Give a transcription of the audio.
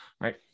right